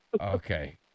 Okay